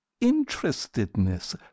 interestedness